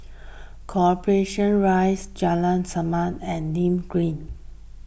Corporation Rise Jalan Resak and Nim Green